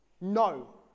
No